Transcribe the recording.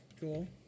Cool